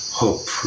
hope